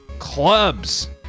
Clubs